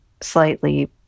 slightly